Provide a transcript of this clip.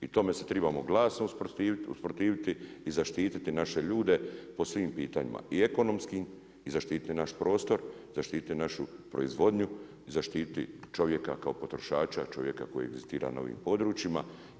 I tome se tribamo glasno usprotiviti i zaštititi naše ljude po svim pitanjima i ekonomskim i zaštititi naš prostor, zaštiti našu proizvodnju, zaštiti čovjeka kao potrošača, čovjeka koji egzistira na ovim područjima.